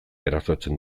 erasotzen